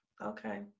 Okay